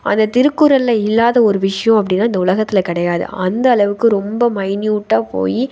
அந்த திருக்குறளில் இல்லாத ஒரு விஷியம் அப்படினா இந்த உலகத்தில் கிடையாது அந்த அளவுக்கு ரொம்ப மைன்யூட்டாக போய்